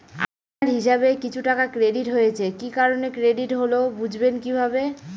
আপনার হিসাব এ কিছু টাকা ক্রেডিট হয়েছে কি কারণে ক্রেডিট হল বুঝবেন কিভাবে?